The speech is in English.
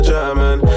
German